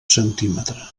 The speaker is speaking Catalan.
centímetre